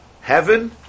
heaven